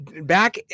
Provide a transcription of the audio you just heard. Back